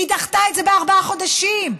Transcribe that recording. היא דחתה את זה בארבעה חודשים.